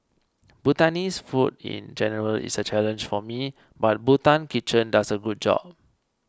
Bhutanese food in general is a challenge for me but Bhutan Kitchen does a good job